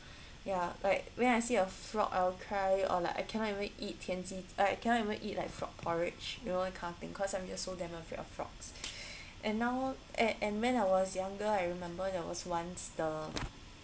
ya like when I see a frog I'll cry or like I cannot even eat tian ji I cannot even eat like frog porridge you know the kind of thing cause I'm so damn afraid of frogs and now and and when I was younger I remember there was once the